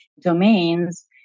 domains